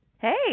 Hey